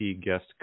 guest